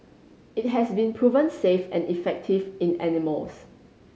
it has been proven safe and effective in animals